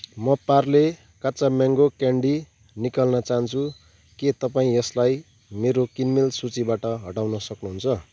म पार्ले काच्चा mango candy निकाल्न चाहन्छु के तपाईँ यसलाई मेरो किनमेल सूचीबाट हटाउन सक्नुहुन्छ